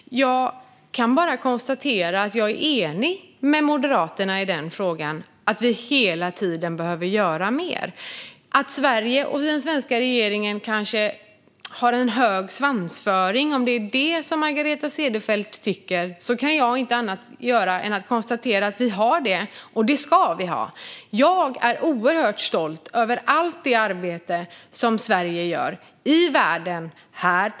Jag kan bara konstatera att jag är enig med Moderaterna i frågan om att vi hela tiden behöver göra mer. När det gäller att Sverige och den svenska regeringen kanske har en hög svansföring, om det är det som Margareta Cederfelt tycker, kan jag inte annat göra än att konstatera att vi har det - och att vi ska ha det. Jag är oerhört stolt över allt det arbete som Sverige gör i världen och här.